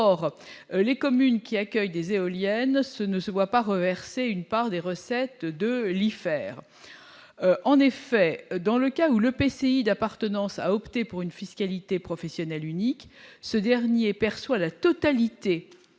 or les communes qui accueillent des éoliennes ce ne se voit pas reverser une part des recettes de l'faire, en effet, dans le cas où le PC d'appartenance à opter pour une fiscalité professionnelle unique, ce dernier perçoit la totalité du produit